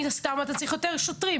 מן הסתם אתה צריך יותר שוטרים,